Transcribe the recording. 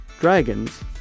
Dragons